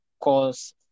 cause